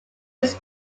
was